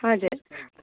हजुर